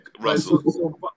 Russell